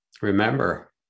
remember